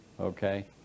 okay